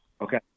Okay